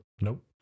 Nope